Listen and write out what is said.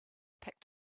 picked